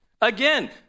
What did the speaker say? Again